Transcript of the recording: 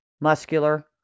muscular